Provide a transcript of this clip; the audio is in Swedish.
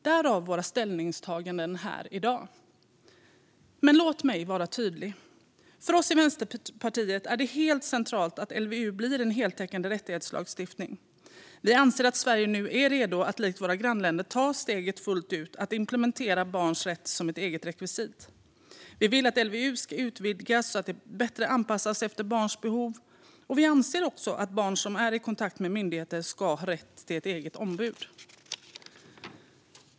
Det är anledningen till våra ställningstaganden i dag. Men låt mig vara tydlig. För oss i Vänsterpartiet är det helt centralt att LVU blir en heltäckande rättighetslagstiftning. Vi anser att Sverige nu är redo att likt våra grannländer ta steget fullt ut och implementera barns rätt som ett eget rekvisit. Vi vill att LVU ska utvidgas så att den bättre anpassas efter barns behov. Vi anser också att barn som är i kontakt med myndigheter ska ha rätt till ett eget ombud.